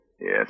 Yes